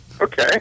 Okay